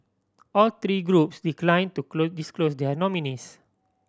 all three groups decline to disclose their nominees